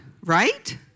Right